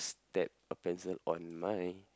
stab a pencil on my